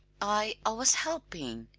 i i was helping,